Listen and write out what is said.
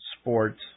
sports